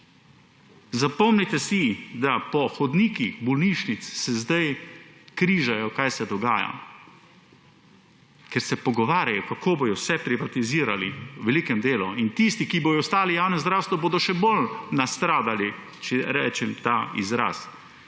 Zapomnite si, da po hodnikih bolnišnic se zdaj križajo, kaj se dogaja, ker se pogovarjajo, kako bojo vse privatizirali v velikem delu. In tisti, ki bojo ostali v javnem zdravstvu, bojo še bolj nastradali, če uporabim ta izraz,